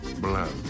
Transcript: blood